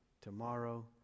tomorrow